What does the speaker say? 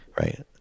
Right